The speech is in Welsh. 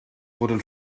fod